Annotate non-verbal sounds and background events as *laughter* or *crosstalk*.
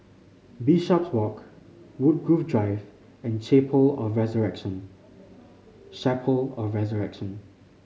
Bishopswalk Woodgrove Drive and Chapel of Resurrection *unintelligible* of Resurrection